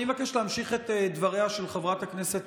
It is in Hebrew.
אני מבקש להמשיך את דבריה של חברת הכנסת